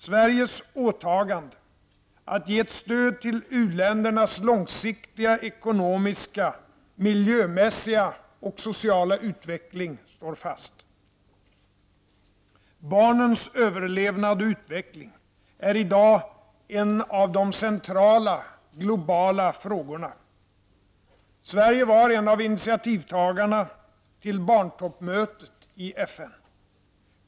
Sveriges åtagande att ge ett stöd till u-ländernas långsiktiga ekonomiska, miljömässiga och sociala utveckling står fast. Barnens överlevnad och utveckling är i dag en av de centrala, globala frågorna. Sverige var en av initiativtagarna till barntoppmötet i FN.